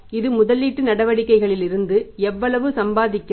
இது முதலீட்டு நடவடிக்கைகளிலிருந்து எவ்வளவு சம்பாதிக்கிறது